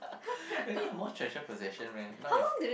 really your most treasured possession meh not your